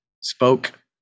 spoke